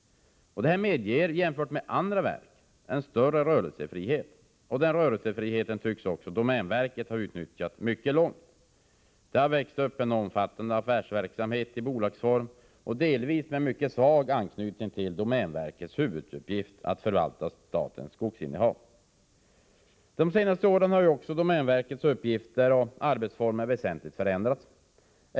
Detta medger en, jämfört med andra affärsverk, större rörelsefrihet. Den rörelsefriheten tycks domänverket också ha utnyttjat mycket långt. Det har där växt upp en omfattande affärsverksamhet i bolagsform, delvis med mycket svag anknytning till domänverkets huvuduppgift att förvalta statens skogsinnehav. De senaste åren har domänverkets uppgifter och arbetsformer väsentligt förändrats.